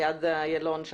ליד איילון,